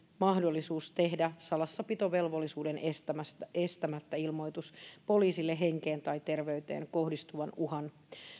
mahdollisuus tehdä salassapitovelvollisuuden estämättä ilmoitus poliisille henkeen tai terveyteen kohdistuvan uhan